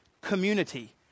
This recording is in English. community